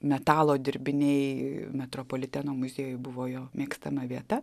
metalo dirbiniai metropoliteno muziejuj buvo jo mėgstama vieta